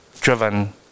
driven